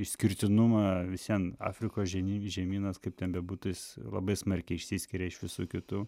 išskirtinumą visvien afrikos žemy žemynas kaip ten bebūtų jis labai smarkiai išsiskiria iš visų kitų